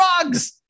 drugs